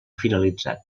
finalitzat